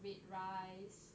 wait rice